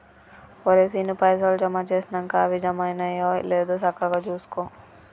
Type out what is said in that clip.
ఒరే శీనూ, పైసలు జమ జేసినంక అవి జమైనయో లేదో సక్కగ జూసుకో